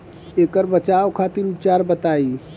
ऐकर बचाव खातिर उपचार बताई?